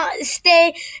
stay